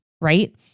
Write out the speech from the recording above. Right